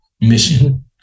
mission